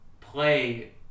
play